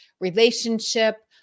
relationship